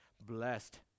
Blessed